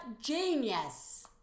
genius